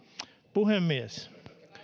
puhemies